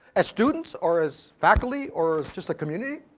as students or as faculty or as just the community?